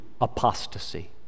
apostasy